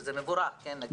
שזה מבורך, או שזה לא נכון.